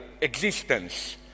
existence